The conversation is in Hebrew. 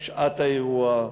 שעת האירוע,